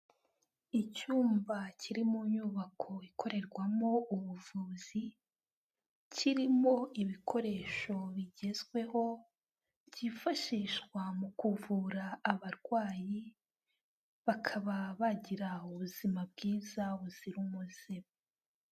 Icyumba kiri mu nyubako ikorerwamo ubuvuzi, kirimo ibikoresho bigezweho byifashishwa mu kuvura abarwayi, bakaba bagira ubuzima bwiza buzira umuze.